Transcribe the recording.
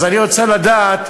אז אני רוצה לדעת,